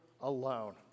alone